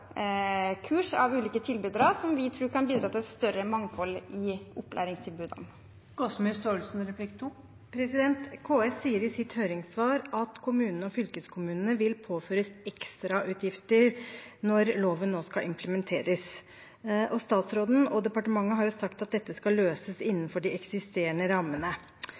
kurs av ulike tilbydere, som vi tror kan bidra til et større mangfold i opplæringstilbudet. KS sier i sitt høringssvar at kommunene og fylkeskommunene vil påføres ekstrautgifter når loven nå skal implementeres. Statsråden og departementet har sagt at dette skal løses innenfor de eksisterende rammene.